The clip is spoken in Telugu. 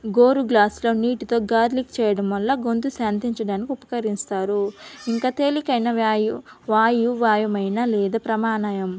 గోరు గ్లాసులో నీటితో గార్లిక్ చేయడం వల్ల గొంతు శాంతించడానికి ఉపకరిస్తారు ఇంకా తేలికైైన వ్యాయు వాయు వాయుమైన లేదా ప్రమాణయం